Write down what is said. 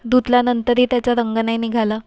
धुतल्यानंतरही त्याचा रंग नाही निघाला